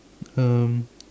um